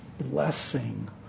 blessing